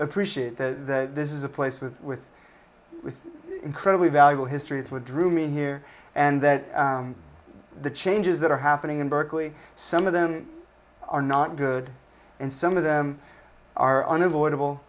appreciate that this is a place with with with incredibly valuable history is what drew me here and that the changes that are happening in berkeley some of them are not good and some of them are unavoidable